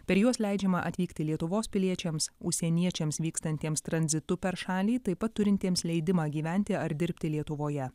per juos leidžiama atvykti lietuvos piliečiams užsieniečiams vykstantiems tranzitu per šalį taip pat turintiems leidimą gyventi ar dirbti lietuvoje